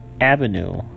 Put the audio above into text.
avenue